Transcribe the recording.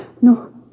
No